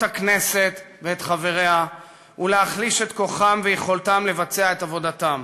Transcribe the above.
הכנסת וחבריה ולהחליש את כוחם ויכולתם לבצע את עבודתם,